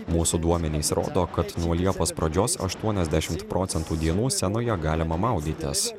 mūsų duomenys rodo kad nuo liepos pradžios aštuoniasdešimt procentų dienų senoje galima maudytis